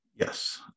Yes